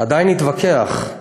עדיין להתווכח,